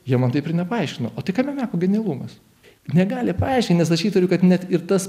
jie man taip ir nepaaiškino o tai kame meko genialumas negali paaiškinti nes aš įtariu kad net ir tas